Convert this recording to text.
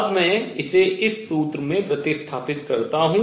अब मैं इसे इस सूत्र में प्रतिस्थापित करता हूँ